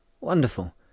wonderful